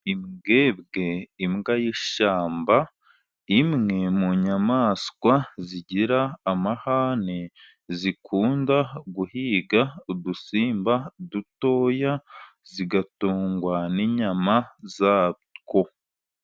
Imbwebwe, imbwa y'ishyamba imwe mu nyamaswa zigira amahane, zikunda guhiga udusimba dutoya zigatungwa n'inyama zatwo.